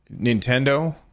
Nintendo